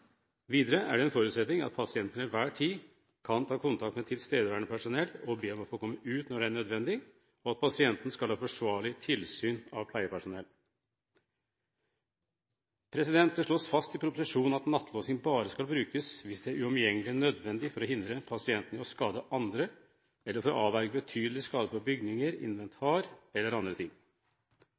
Videre er det en forutsetning at pasienten til enhver tid kan ta kontakt med tilstedeværende personell og be om å få komme ut når det er nødvendig, og at pasienten skal ha forsvarlig tilsyn av pleiepersonell. Det slås fast i proposisjonen at nattelåsing bare skal brukes hvis det er «uomgjengelig nødvendig» for å hindre pasienten i å skade andre eller for å avverge betydelig skade på bygninger, inventar eller andre ting.